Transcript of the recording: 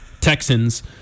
Texans